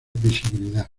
visibilidad